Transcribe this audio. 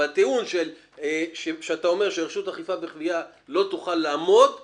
אבל הטיעון שאתה אומר שרשות האכיפה והגבייה לא תוכל לעמוד בזה,